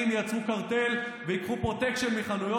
יצרו קרטל וייקחו פרוטקשיין מחנויות,